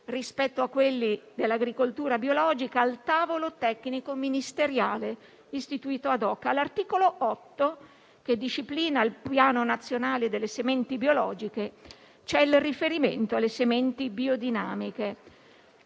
rispetto a quelli dell'agricoltura biologica, al tavolo tecnico ministeriale istituito *ad hoc*. All'articolo 8, che disciplina il piano nazionale delle sementi biologiche, c'è il riferimento alle sementi biodinamiche.